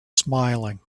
smiling